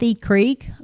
Creek